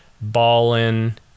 ballin